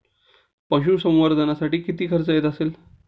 पशुसंवर्धनासाठी किती खर्च येत असेल?